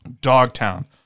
Dogtown